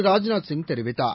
ராஜ்நாத் சிங் தெரிவித்தார்